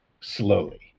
slowly